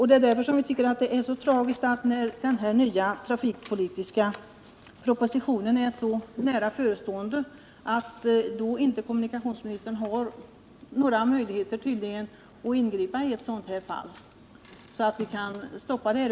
Det är därförsom vi tycker att det är så tragiskt att kommunikationsministern, när den nya trafikpolitiska propositionen är så nära förestående, tydligen inte har några möjligheter att ingripa i ett sådant här fall och stoppa nedläggningen.